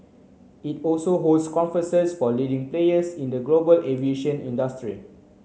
it also hosts conferences for leading players in the global aviation industry